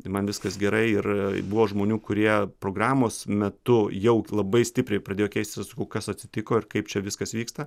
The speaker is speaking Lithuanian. ir man viskas gerai ir buvo žmonių kurie programos metu jau labai stipriai pradėjo keistis aš sakau kas atsitiko ir kaip čia viskas vyksta